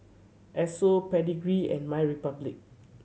Esso Pedigree and MyRepublic